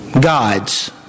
Gods